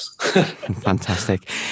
fantastic